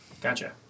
Gotcha